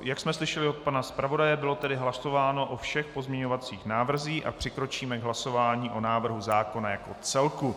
Jak jsme slyšeli od pana zpravodaje, bylo tedy hlasováno o všech pozměňovacích návrzích a přikročíme k hlasování o návrhu zákona jako celku.